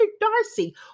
Darcy